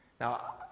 Now